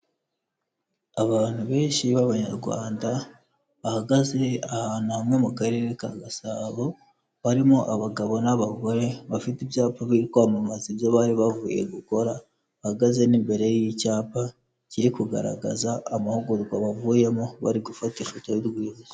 Abantu benshi b'Abanyarwanda, bahagaze ahantu hamwe mu karere ka Gasabo, barimo abagabo n'abagore bafite ibyapa byo kwamamaza ibyo bari bavuye gukora, bahagaze n'imbere y'icyapa kiri kugaragaza amahugurwa bavuyemo bari gufata ifoto y'urwibutso.